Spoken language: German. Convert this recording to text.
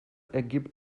ergibt